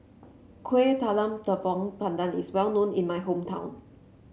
Kueh Talam Tepong Pandan is well known in my hometown